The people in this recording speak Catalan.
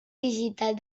digital